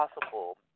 possible